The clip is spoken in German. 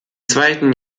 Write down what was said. zweiten